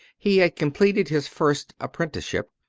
he had completed his first apprenticeship,